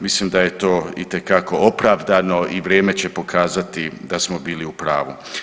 Mislim da je to itekako opravdano i vrijeme će pokazati da smo bili u pravu.